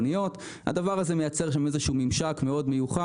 הדבר הזה מייצר שם איזשהו ממשק מיוחד מאוד.